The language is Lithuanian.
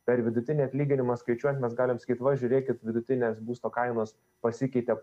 per vidutinį atlyginimą skaičiuojant mes galim sakyt va žiūrėkit vidutinės būsto kainos pasikeitė